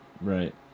right